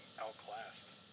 outclassed